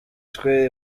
twe